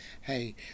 Hey